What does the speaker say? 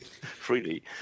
freely